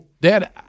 Dad